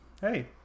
Hey